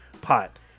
pot